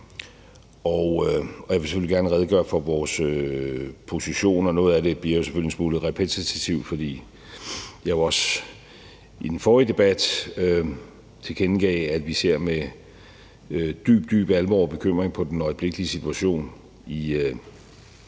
Jeg vil selvfølgelig gerne redegøre for vores position. Noget af det bliver selvfølgelig en smule repetitivt, fordi jeg jo også i den forrige debat tilkendegav, at vi ser med dyb, dyb alvor og bekymring på den øjeblikkelige situation i